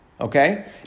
Okay